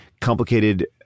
complicated